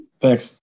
Thanks